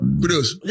produce